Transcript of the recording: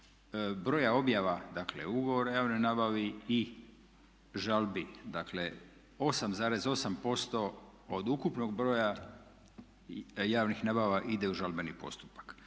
broja objava, dakle ugovora o javnoj nabavi i žalbi. Dakle 8,8% od ukupnog broja javnih nabava ide u žalbeni postupak.